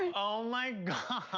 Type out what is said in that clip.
and oh, my god!